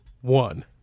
one